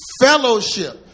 fellowship